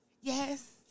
Yes